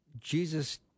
Jesus